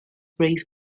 brave